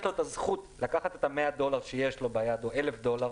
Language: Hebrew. יש לו את הזכות לקחת את ה-100 דולר שיש לו ביד או 1,000 דולר,